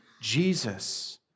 Jesus